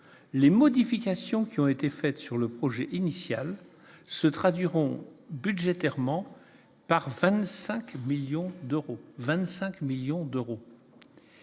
les modifications qui ont été faites sur le projet initial se traduiront budgétairement par une enveloppe